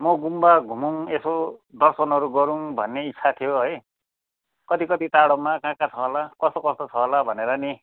म गुम्बा घुमौँ यसो दर्शनहरू गरौँ भन्ने इच्छा थियो है कति कति टाढोमा कहाँ कहाँ कस्तो कस्तो छ होला भनेर नि